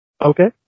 Okay